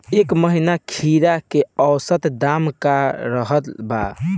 एह महीना खीरा के औसत दाम का रहल बा?